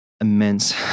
immense